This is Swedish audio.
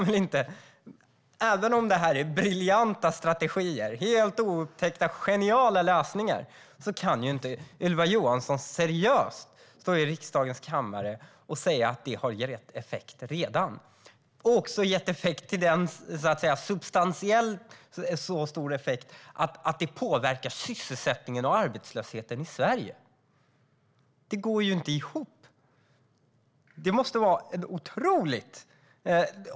Även om det skulle vara briljanta strategier och tidigare helt oupptäckta, geniala lösningar kan inte Ylva Johansson seriöst stå i riksdagens kammare och säga att de redan har gett effekt - och också gett så stor substantiell effekt att det påverkar sysselsättningen och arbetslösheten i Sverige. Det går inte ihop. Det måste vara något otroligt.